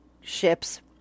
ships